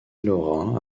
lorrain